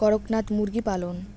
করকনাথ মুরগি পালন?